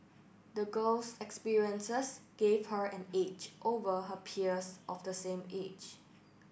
the girl's experiences gave her an edge over her peers of the same age